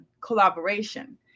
Collaboration